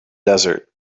desert